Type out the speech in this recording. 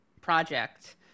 project